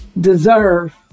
deserve